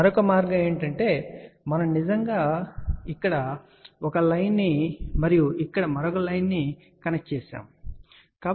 మరొక మార్గం ఏమిటంటే మనం నిజంగా ఇక్కడ ఒక లైన్ ను మరియు ఇక్కడ మరొక లైన్ ని కనెక్ట్ చేస్తాము అని చెప్పండి